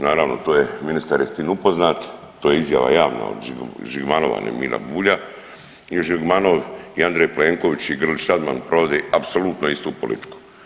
Naravno, to je ministar je s tim upoznat, to je izjava javna od Žigmanova, ne Mira Bulja i Žigmanov i Andrej Plenković i Grlić Radman provode apsolutno istu politiku.